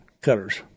cutters